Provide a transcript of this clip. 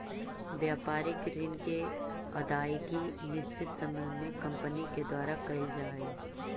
व्यापारिक ऋण के अदायगी निश्चित समय में कंपनी के द्वारा कैल जा हई